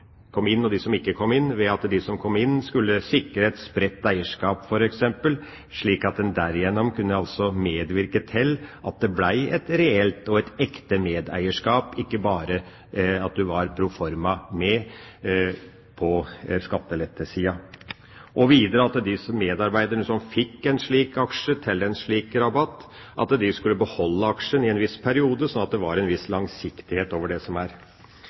kom inn, og dem som ikke kom inn – skulle sikre et spredt eierskap f.eks., slik at en derigjennom kunne medvirke til at det ble et reelt og ekte medeierskap – ikke at en bare var proforma med på skattelettesida, og videre at de medarbeiderne som fikk en slik aksje til en slik rabatt, skulle beholde aksjen i en viss periode, slik at det ble en viss langsiktighet over dette. Slike plikter koblet til retter er fraværende for Høyre og Fremskrittspartiet. En er ikke inne på den delen. Ja, en er